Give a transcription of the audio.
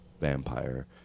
vampire